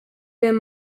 ben